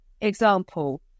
example